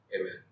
Amen